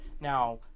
Now